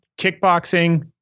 kickboxing